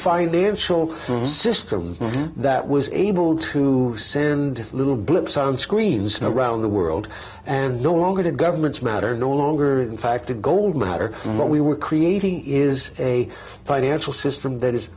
financial system that was able to send little blips on screens around the world and no longer did governments matter no longer in fact the gold matter what we were creating is a financial system that i